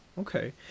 Okay